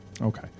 Okay